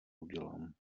udělám